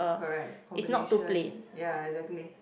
correct combination ya exactly